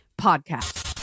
podcast